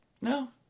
No